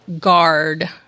guard